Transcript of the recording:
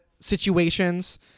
situations